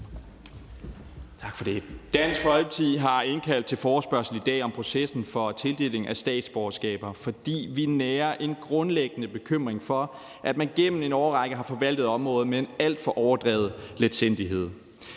Dansk Folkeparti har indkaldt til en forespørgsel i dag om processen for tildeling af statsborgerskaber, fordi vi nærer en grundlæggende bekymring for, at man gennem en årrække har forvaltet området med en alt for overdrevet letsindighed.